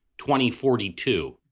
2042